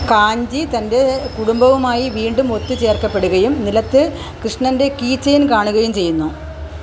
കാഞ്ചി തന്റെ കുടുംബവുമായി വീണ്ടും ഒത്ത് ചേർക്കപ്പെടുകയും നിലത്ത് കൃഷ്ണന്റെ കീ ചെയിൻ കാണുകയും ചെയ്യുന്നു